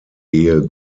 ehe